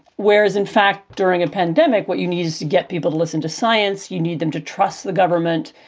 whereas in fact during a pandemic, what you need is to get people to listen to science. you need them to trust the government.